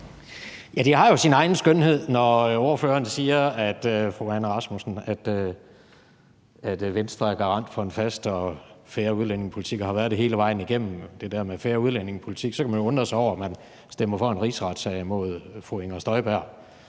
Det har jo sin egen skønhed, når fru Anne Rasmussen siger, at Venstre er garant for en fast og fair udlændingepolitik og har været det hele vejen igennem. Så kan man jo undre sig over, at de stemmer for en rigsretssag imod fru Inger Støjberg,